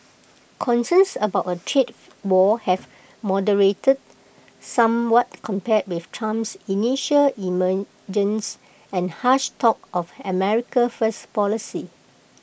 concerns about A trade war have moderated somewhat compared with Trump's initial emergence and harsh talk of America First policy